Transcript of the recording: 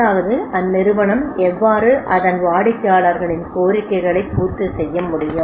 அதாவது அந்நிறுவனம் எவ்வாறு அதன் வாடிக்கையாளர்களின் கோரிக்கைகளை பூர்த்தி செய்ய முடியும்